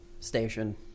station